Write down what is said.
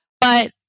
But-